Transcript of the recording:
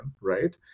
right